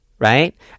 Right